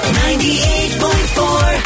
98.4